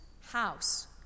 house